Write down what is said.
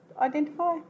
identify